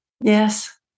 Yes